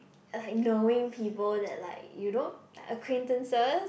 like knowing people that like you know like acquaintances